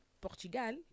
Portugal